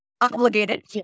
obligated